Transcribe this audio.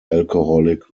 alcoholic